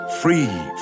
free